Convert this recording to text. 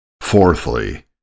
Fourthly